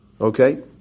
Okay